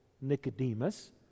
Nicodemus